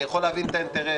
אני יכול להבין את האינטרס.